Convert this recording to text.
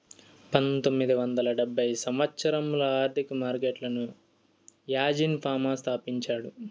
పంతొమ్మిది వందల డెబ్భై సంవచ్చరంలో ఆర్థిక మార్కెట్లను యాజీన్ ఫామా స్థాపించాడు